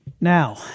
now